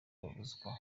babuzwa